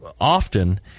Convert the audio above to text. often